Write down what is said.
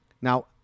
Now